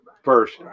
first